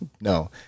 no